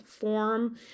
form